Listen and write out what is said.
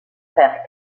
frère